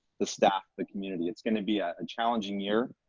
the staff, the community. it's gonna be a and challenging year,